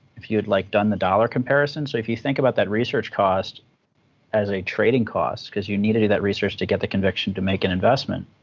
if you'd like done the dollar comparison. so if you think about that research cost as a trading cost, because you need to do that research to get the conviction to make an investment,